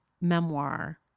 memoir